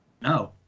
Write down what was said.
No